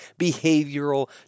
behavioral